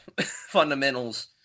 fundamentals